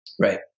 Right